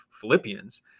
Philippians